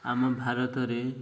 ଆମ ଭାରତରେ